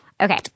Okay